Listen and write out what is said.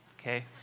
okay